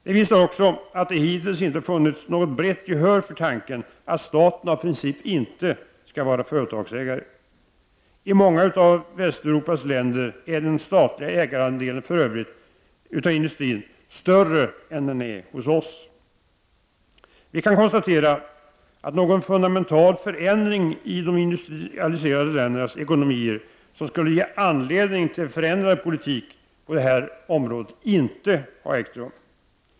Det visar också att det hittills inte har funnits något brett gehör för tanken att staten av princip inte skall vara företagsägare. I många av Västeuropas länder är den statliga ägarandelen av industrin för övrigt större än den är hos oss. Vi kan konstatera att någon fundamental förändring i de industrialiserade ländernas ekonomier, som skulle ge anledning till en förändrad politik på det här området, inte har ägt rum.